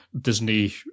Disney